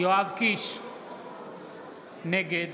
נגד